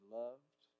loved